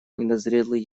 недозрелые